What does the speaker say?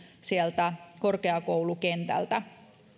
sieltä korkeakoulukentältä